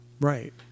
Right